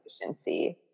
efficiency